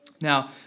Now